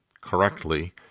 correctly